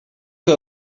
que